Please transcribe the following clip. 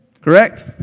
correct